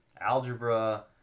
algebra